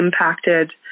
impacted